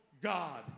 God